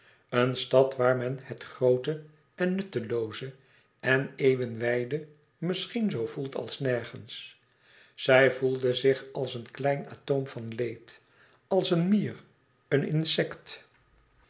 een stad waar men het groote en nuttelooze en eeuwenwijde misschien z voelt als nergens zij voelde zich als een kleine atoom van leed als een mier een insect